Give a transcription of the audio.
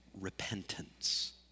repentance